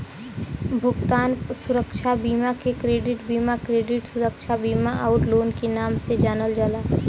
भुगतान सुरक्षा बीमा के क्रेडिट बीमा, क्रेडिट सुरक्षा बीमा आउर लोन के नाम से जानल जाला